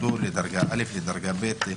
לדרגה א' או ב'.